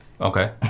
Okay